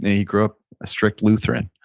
he grew up a strict lutheran.